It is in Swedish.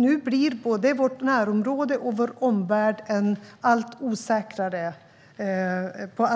Nu blir både vårt närområde och vår omvärld på